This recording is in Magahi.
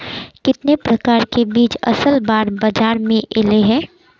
कितने प्रकार के बीज असल बार बाजार में ऐले है?